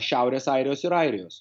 šiaurės airijos ir airijos